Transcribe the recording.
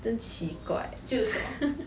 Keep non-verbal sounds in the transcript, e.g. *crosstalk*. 真奇怪 *laughs*